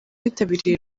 abitabiriye